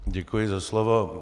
Děkuji za slovo.